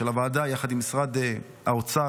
של הוועדה יחד עם משרד האוצר,